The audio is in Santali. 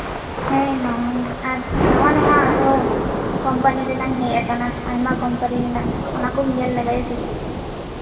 ᱦᱮᱸ ᱢᱟ ᱱᱟᱣᱟ ᱱᱟᱣᱟ ᱟᱨᱦᱚᱸ ᱠᱚᱢᱯᱟᱱᱤ ᱨᱮᱱᱟᱝ ᱦᱮᱡ ᱟᱠᱟᱱᱟ ᱟᱭᱢᱟ ᱠᱳᱢᱯᱟᱱᱤ ᱨᱮᱱᱟᱝ ᱚᱱᱟ ᱠᱚᱢ ᱧᱮᱞ ᱞᱮᱜᱟᱭᱟ ᱥᱮ ᱪᱮᱫ